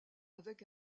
avec